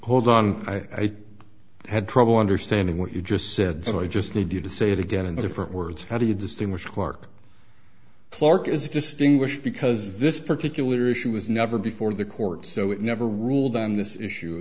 hold on i had trouble understanding what you just said so i just need you to say it again in different words how do you distinguish clark clark is distinguished because this particular issue was never before the court so it never ruled on this issue